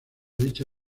dicha